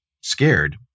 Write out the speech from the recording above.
scared